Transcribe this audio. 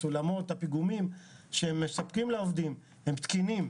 הסולמות והפיגומים שמספקים לעובדים הם תקינים.